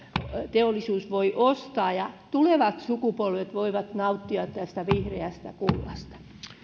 teollisuus voi ostaa ja tulevat sukupolvet voivat nauttia tästä vihreästä kullasta